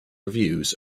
reviews